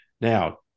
Now